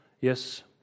Yes